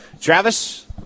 Travis